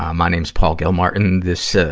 um my name's paul gilmartin. this, ah,